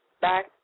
back